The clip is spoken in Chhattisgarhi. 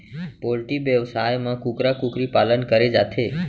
पोल्टी बेवसाय म कुकरा कुकरी पालन करे जाथे